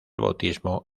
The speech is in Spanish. bautismo